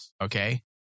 okay